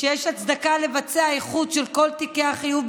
שיש הצדקה לבצע איחוד של כל תיקי החייב,